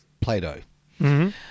Play-Doh